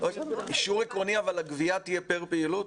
אישור עקרוני, אבל הגבייה תהיה פר פעילות?